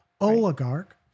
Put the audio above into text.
oligarch